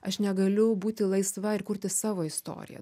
aš negaliu būti laisva ir kurti savo istoriją